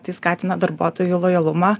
tai skatina darbuotojų lojalumą